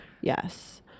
Yes